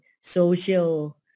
social